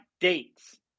dates